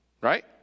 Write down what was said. Right